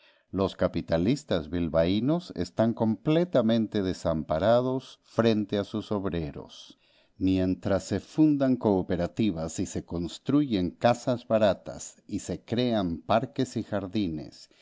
los capitalistas bilbaínos están completamente desamparados frente a sus obreros mientras se fundan cooperativas y se construyen casas baratas y se crean parques y jardines